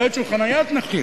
בעיות של חניית נכים.